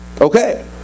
Okay